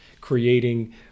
creating